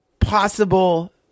possible